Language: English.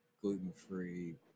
gluten-free